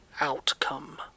outcome